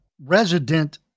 resident